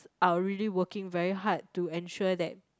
are really working very hard to ensure that